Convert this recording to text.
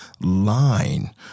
line